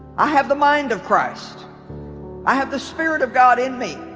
i have the mind of christ i have the spirit of god in me